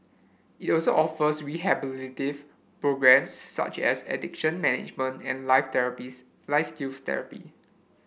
it also offers rehabilitative programmes such as addiction management and life therapies life skills therapy